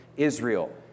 Israel